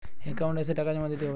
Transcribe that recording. Account এসে টাকা জমা দিতে হবে?